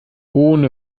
ohne